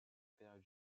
période